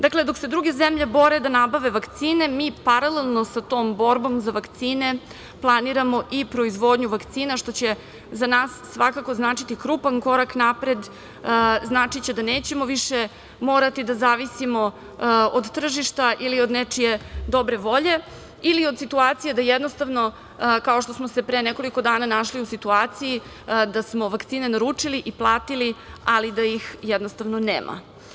Dok se druge zemlje bore da nabave vakcine mi paralelno sa tom borbom za vakcine planiramo i proizvodnju vakcina, što će za nas svakako značiti krupan korak napred, značiće da nećemo više morati da zavisimo od tržišta ili od nečije dobre volje ili od situacije da jednostavno, kao što smo se pre nekoliko dana našli u situaciji da smo vakcine naručili i platili, ali da ih jednostavno nema.